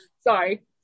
Sorry